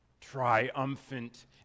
triumphant